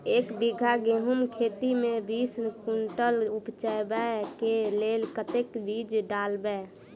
एक बीघा गेंहूँ खेती मे बीस कुनटल उपजाबै केँ लेल कतेक बीज डालबै?